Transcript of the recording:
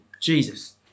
Jesus